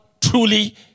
truly